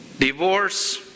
divorce